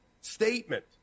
statement